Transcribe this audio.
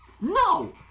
No